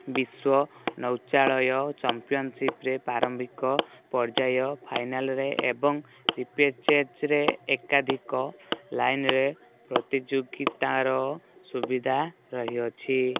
ବିଶ୍ୱ ନୌଚାଳୟ ଚମ୍ପିଅନସିପ୍ରେ ପ୍ରାରମ୍ଭିକ ପର୍ଯ୍ୟାୟ ଫାଇନାଲରେ ଏବଂ ରିପେଚେଜ୍ରେ ଏକାଧିକ ଲାଇନରେ ପ୍ରତିଯୋଗିତାର ସୁବିଧା ରହିଅଛି